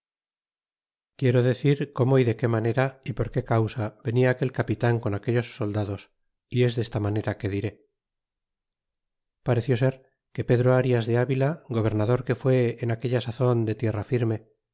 quiero decir como y de qué manera é por qué causa venia aquel capitan con aquellos soldados y es desta manera que diré pareció ser que pedro arias de avila gobernador que fue en aquella sazon de